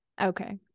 okay